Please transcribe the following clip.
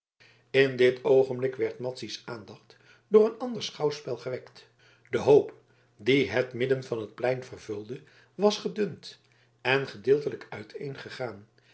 in dit oogenblik werd madzy's aandacht door een ander schouwspel gewekt de hoop die het midden van het plein vervulde was gedund en gedeeltelijk